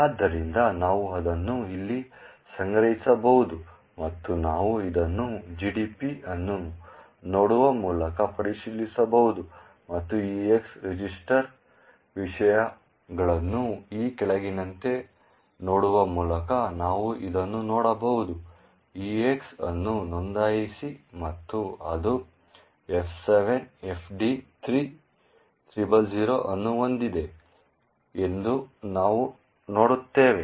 ಆದ್ದರಿಂದ ನಾವು ಅದನ್ನು ಇಲ್ಲಿ ಸಂಗ್ರಹಿಸಬಹುದು ಮತ್ತು ನಾವು ಇದನ್ನು GDB ಅನ್ನು ನೋಡುವ ಮೂಲಕ ಪರಿಶೀಲಿಸಬಹುದು ಮತ್ತು EAX ರಿಜಿಸ್ಟರ್ನ ವಿಷಯಗಳನ್ನು ಈ ಕೆಳಗಿನಂತೆ ನೋಡುವ ಮೂಲಕ ನಾವು ಇದನ್ನು ನೋಡಬಹುದು EAX ಅನ್ನು ನೋಂದಾಯಿಸಿ ಮತ್ತು ಅದು F7FD3000 ಅನ್ನು ಹೊಂದಿದೆ ಎಂದು ನಾವು ನೋಡುತ್ತೇವೆ